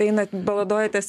einat baladojatės